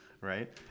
right